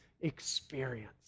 experience